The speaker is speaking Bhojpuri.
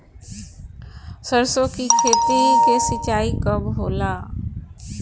सरसों की खेती के सिंचाई कब होला?